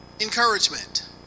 Encouragement